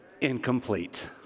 incomplete